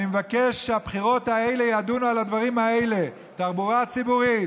אני מבקש שהבחירות האלה ידונו על הדברים האלה: תחבורה ציבורית,